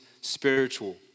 spiritual